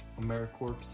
AmeriCorps